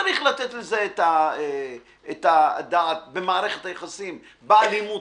צריך לתת לזה את הדעת במערכת היחסים באלימות